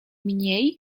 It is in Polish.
mniej